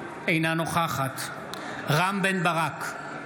אינה נוכחת רם בן ברק,